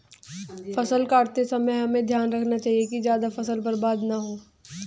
फसल काटते समय हमें ध्यान रखना चाहिए कि ज्यादा फसल बर्बाद न हो